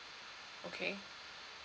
okay